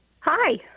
Hi